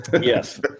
Yes